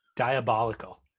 diabolical